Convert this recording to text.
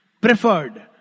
preferred